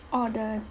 orh the